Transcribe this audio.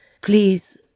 Please